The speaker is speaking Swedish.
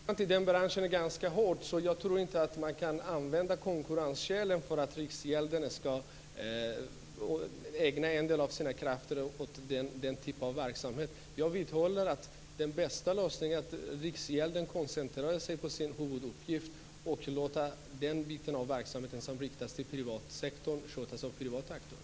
Herr talman! Som bekant är konkurrensen ganska hård, så jag tror inte att man kan använda konkurrensskäl för att Riksgälden ska ägna sina krafter åt den typ av verksamhet. Jag vidhåller att den bästa lösningen är att Riksgälden koncentrerar sig på sin huvuduppgift och att man låter den del av verksamheten som riktar sig mot privat sektor skötas av privata aktörer.